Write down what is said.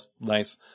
nice